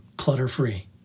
clutter-free